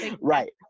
right